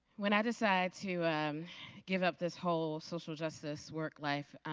when i decide to give up this whole social justice work life,